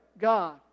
God